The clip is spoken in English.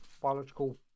biological